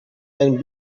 and